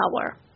power